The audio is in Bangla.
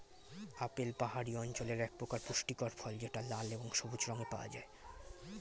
আপেল পাহাড়ি অঞ্চলের একপ্রকার পুষ্টিকর ফল যেটা লাল এবং সবুজ রঙে পাওয়া যায়